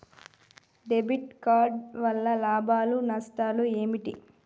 Debit card వల్ల లాభాలు నష్టాలు ఏమిటి?